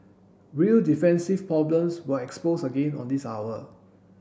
real defensive problems were exposed again on this hour